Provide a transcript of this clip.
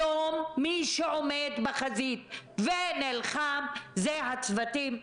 היום מי שעומד בחזית ונלחם זה הצוותים האלה.